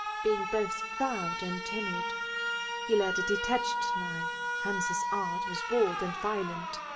being both proud and timid he led a detached life, hence his art was bold and violent.